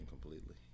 completely